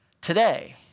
today